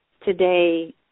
Today